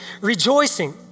rejoicing